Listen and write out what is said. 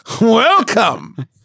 Welcome